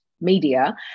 media